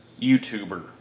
YouTuber